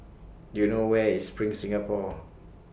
Do YOU know Where IS SPRING Singapore